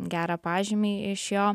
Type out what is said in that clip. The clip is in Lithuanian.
gerą pažymį iš jo